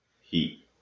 Heat